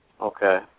Okay